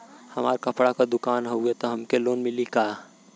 हमार कपड़ा क दुकान हउवे त हमके लोन मिली का?